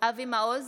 אבי מעוז,